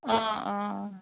অঁ অঁ